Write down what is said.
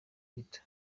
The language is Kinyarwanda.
gito